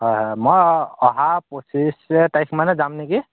হয় হয় মই অহা পঁচিছ তাৰিখ মানে যাম নেকি